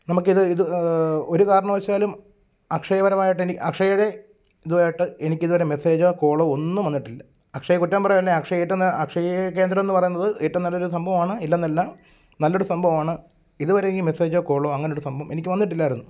നമക്കിത് ഇത് ഒരു കാരണവശാലും അക്ഷയ പരമായിട്ട് അക്ഷയുടെ ഇതുമായിട്ട് എനിക്കിതുവര മെസ്സേജൊ കോളൊ ഒന്നും വന്നിട്ടില്ല അക്ഷയയെ കുറ്റം പറയുവകയല്ല അക്ഷയയുമായിട്ട് ഒന്ന് അക്ഷയ കേന്ദ്രം എന്ന് പറയുന്നത് ഏറ്റവും നല്ലൊരു സംഭവമാണ് ഇല്ലെന്നല്ല നല്ലൊരു സംഭവമാണ് ഇതുവരെ എനി മെസ്സേജൊ കോളൊ അങ്ങനെയൊരു സംഭവം എനിക്ക് വന്നിട്ടില്ലായിരുന്നു